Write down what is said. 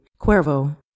Cuervo